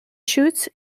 shoots